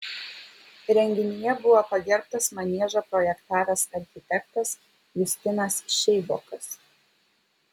renginyje buvo pagerbtas maniežą projektavęs architektas justinas šeibokas